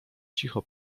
cicho